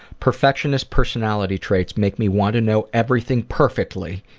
perfectionist personality traits make me want to know everything perfectly.